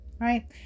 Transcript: right